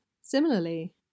Similarly